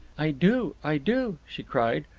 i do, i do, she cried.